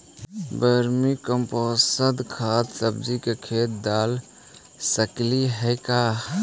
Vermi compost खाद सब्जी के खेत दाल सकली हे का?